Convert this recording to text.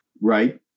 right